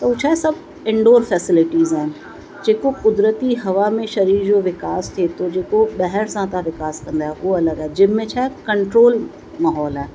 त उहो छा आहे सभु इनडोर फैसिलिटीज़ आहिनि जेको क़ुदिरती हवा में शरीर जो विकास थिए थो जेको ॿाहिरि सां था विकास कंदा आहियो उहो अलॻि आहे जिम में छा आहे कंट्रोल माहोल आहे